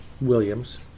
Williams